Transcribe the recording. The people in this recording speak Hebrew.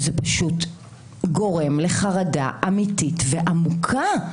זה פשוט גורם לחרדה אמיתית ועמוקה.